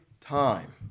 time